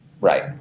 Right